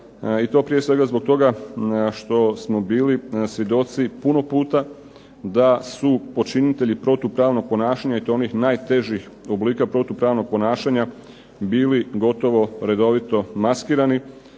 i to prije svega zbog toga što smo bili svjedoci puno puta, da su počinitelji protupravnih ponašanja i to onih najtežih oblika protupravnog ponašanja bili gotovo redovito maskirani,